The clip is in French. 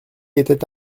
était